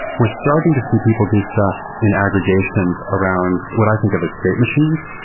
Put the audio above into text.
we're starting to see people do stuff in aggregations around what i think of it state machines.